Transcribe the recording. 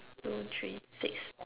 two three six